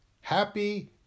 Happy